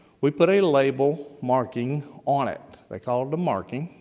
we put a label marking on it. they call it a marking.